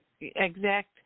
exact